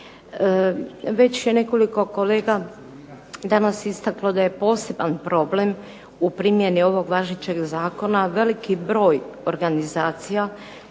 Već je nekoliko kolega danas istaklo da je poseban problem u primjeni ovog važećeg zakona veliki broj organizacija